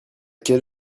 quelle